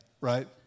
right